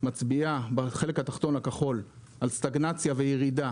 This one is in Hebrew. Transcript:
מצביעה בחלק התחתון הכחול על סטגנציה וירידה